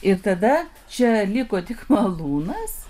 ir tada čia liko tik malūnas